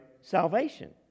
salvation